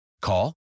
Call